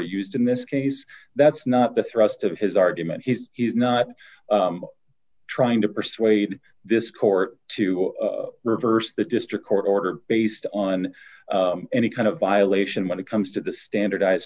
used in this case that's not the thrust of his argument he's he's not trying to persuade this court to reverse the district court order based on any kind of violation when it comes to the standardized